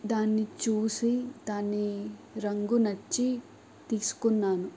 దాన్ని చూసి దాని రంగు నచ్చి తీసుకున్నాను